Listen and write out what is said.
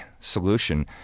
solution